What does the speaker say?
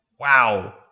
wow